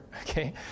okay